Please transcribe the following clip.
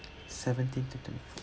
seventeen to twenty-four